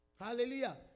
Hallelujah